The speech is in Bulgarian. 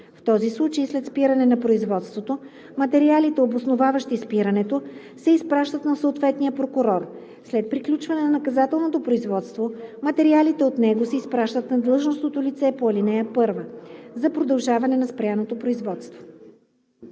в този случай след спиране на производството материалите, обосноваващи спирането, се изпращат на съответния прокурор; след приключване на наказателното производство материалите от него се изпращат на длъжностното лице по ал. 1 за продължаване на спряното производство;